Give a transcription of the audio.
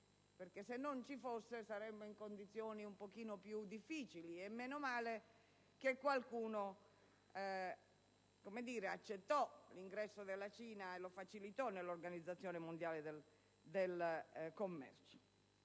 perché, se non ci fosse, saremmo in condizioni un po' più difficili, e meno male che qualcuno accettò e facilitò l'ingresso della Cina nell'Organizzazione mondiale del commercio.